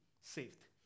saved